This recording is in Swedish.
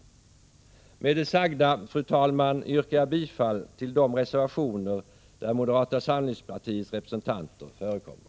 | Med det sagda, fru talman, yrkar jag bifall till de reservationer där i moderata samlingspartiets representanter förekommer.